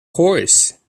horse